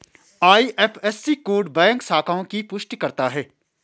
IFSC code bank शाखाओं की पुष्टि करता है